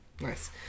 Nice